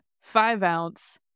five-ounce